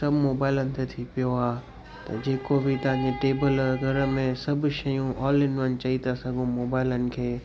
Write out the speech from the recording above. सभु मोबाइलनि ते थी पियो आहे जेको बि तव्हांजे टेबल वगै़रह में सभु शयूं ऑल इन वन चई था सघूं मोबाइलनि खे